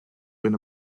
been